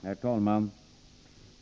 Herr talman!